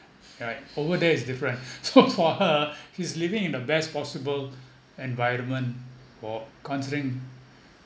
right over there it's different so for her she's living in the best possible environment for considering